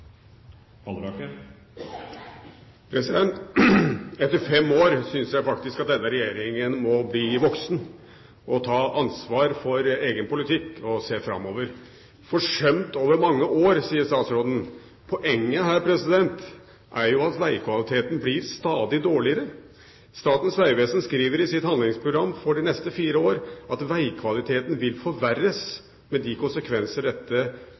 syns at etter fem år må denne regjeringen bli voksen og ta ansvar for egen politikk og se framover. Forsømt over mange år, sier statsråden. Poenget her er jo at vegkvaliteten blir stadig dårligere. Statens vegvesen skriver i sitt handlingsprogram for de neste fire år at vegkvaliteten vil forverres, med de konsekvenser dette